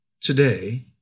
today